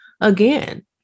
again